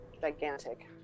gigantic